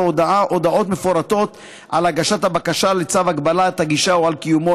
הודעות מפורטות על הגשת הבקשה לצו הגבלת הגישה או על קיומו,